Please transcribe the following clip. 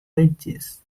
ranges